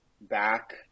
back